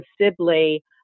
Sibley